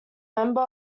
member